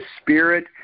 spirit